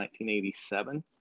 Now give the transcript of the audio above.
1987